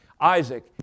Isaac